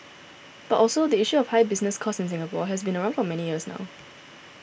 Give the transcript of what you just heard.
but also the issue of high business costs in Singapore has been around for many years now